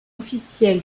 officiel